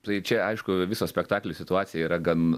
tai čia aišku viso spektaklio situacija yra gan